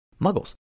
Muggles